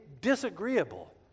disagreeable